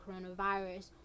coronavirus